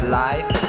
life